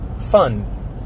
fun